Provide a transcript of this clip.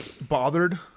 bothered